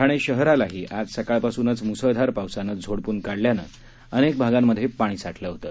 ठाणे शहरालाही आज सकाळपासूनच म्सळधार पावसानं झोडपून काढल्यान अनेक भागांमध्ये पाणी साठलं होतं